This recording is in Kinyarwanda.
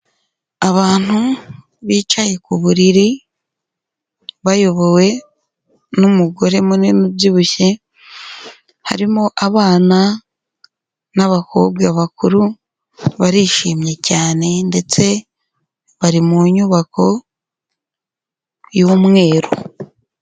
Abantu bicaye ku buriri, bayobowe n'umugore munini ubyibushye, harimo abana n'abakobwa bakuru, barishimye cyane ndetse bari mu nyubako y'umweru.